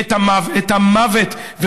את המוות,